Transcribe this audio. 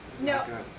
No